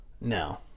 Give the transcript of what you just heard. No